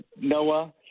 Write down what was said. noah